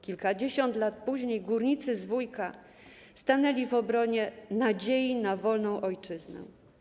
Kilkadziesiąt lat później górnicy z Wujka stanęli w obronie nadziei na wolną ojczyznę.